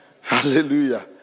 Hallelujah